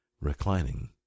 reclining